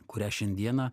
kurią šiandieną